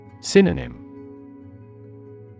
Synonym